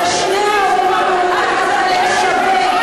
ששני ההורים אמורים לקחת חלק שווה.